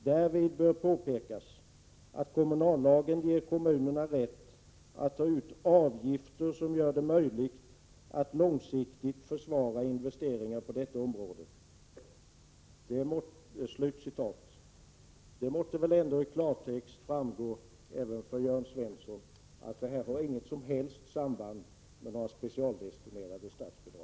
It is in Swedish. Därvid bör påpekas att kommunallagen ger kommunen rätt att ta ut avgifter som gör det möjligt att långsiktigt försvara investeringar på detta område.” Denna text måste väl ändå klargöra även för Jörn Svensson att det här inte finns något samband med specialdestinerade statsbidrag.